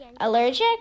Allergic